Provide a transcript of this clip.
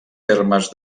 termes